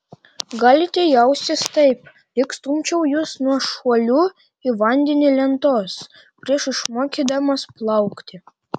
galite jaustis taip lyg stumčiau jus nuo šuolių į vandenį lentos prieš išmokydamas plaukti